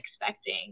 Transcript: expecting